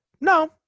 No